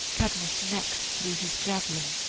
cadmus next threw his javelin,